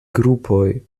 grupoj